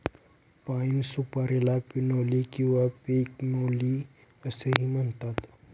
पाइन सुपारीला पिनोली किंवा पिग्नोली असेही म्हणतात